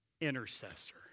intercessor